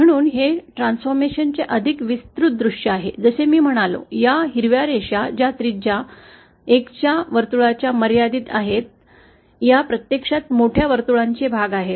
म्हणून हे रूपांतराचे अधिक विस्तृत दृश्य आहे जसे मी म्हणालो या हिरव्या रेषा ज्या त्रिज्या 1 च्या वर्तुळातच मर्यादित आहेत त्या प्रत्यक्षात मोठ्या वर्तुळांचे भाग आहेत